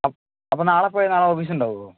അപ്പ നാളെ പോയാല് നാളെ ഓഫീസുണ്ടാകുമോ